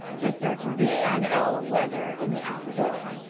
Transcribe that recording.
just search v n l weather in the app store.